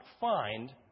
find